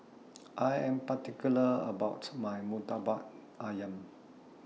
I Am particular about My Murtabak Ayam